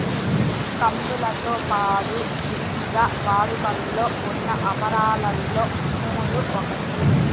కందులతో పాడు విరివిగా వాడుకలో ఉన్న అపరాలలో మినుములు ఒకటి